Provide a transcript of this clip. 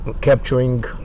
capturing